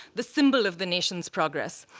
the symbol of the nation's progress.